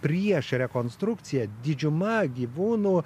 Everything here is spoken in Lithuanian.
prieš rekonstrukciją didžiuma gyvūnų